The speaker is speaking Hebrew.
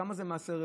כמה זה מס ערך